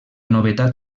novetat